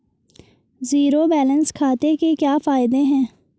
Zero balance खाते के क्या फायदे हैं?